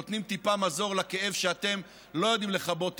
נותנים טיפה מזור על הכאב שאתם לא יודעים לכבות.